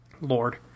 Lord